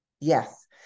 Yes